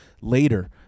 later